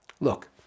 Look